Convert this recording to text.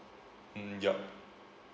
mm yup